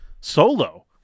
solo